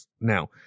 now